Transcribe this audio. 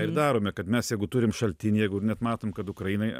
ir darome kad mes jeigu turim šaltinį jeigu net matom kad ukrainoje